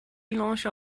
lounge